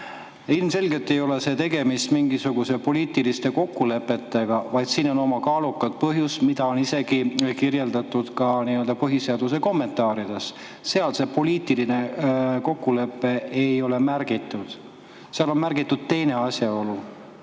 Ilmselgelt ei ole tegemist mingisuguste poliitiliste kokkulepetega, vaid siin on oma kaalukas põhjus, mida on kirjeldatud ka põhiseaduse kommentaarides. Poliitilist kokkulepet pole seal märgitud. Seal on märgitud teine asjaolu,